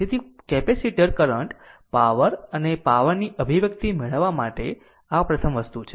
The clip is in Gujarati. તેથી કેપેસિટર કરંટ પાવર અને પાવર ની અભિવ્યક્તિ મેળવવા માટે આ પ્રથમ વસ્તુ છે